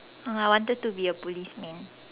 oh I wanted to be a policeman